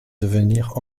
devenir